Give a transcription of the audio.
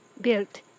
built